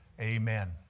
Amen